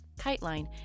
KiteLine